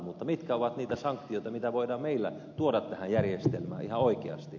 mutta mitkä ovat niitä sanktioita joita voidaan meillä tuoda tähän järjestelmään ihan oikeasti